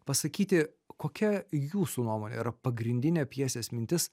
pasakyti kokia jūsų nuomone yra pagrindinė pjesės mintis